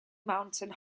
mountain